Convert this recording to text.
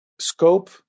scope